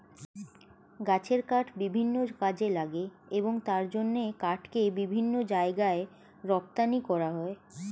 গাছের কাঠ বিভিন্ন কাজে লাগে এবং তার জন্য কাঠকে বিভিন্ন জায়গায় রপ্তানি করা হয়